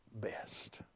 best